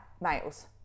males